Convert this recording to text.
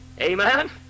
Amen